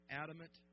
adamant